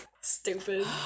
stupid